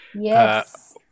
Yes